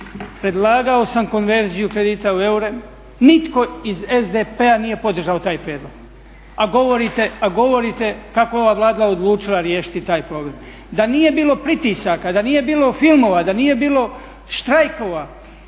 Predlagao sam konverziju kredita u eure, nitko iz SDP-a nije podržao taj prijedloga, a govorite kako je ova Vlada odlučila riješiti taj problem. Da nije bilo pritisaka, da nije bilo filmova, da nije bilo štrajkova